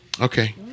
Okay